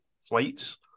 flights